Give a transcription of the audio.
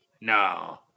No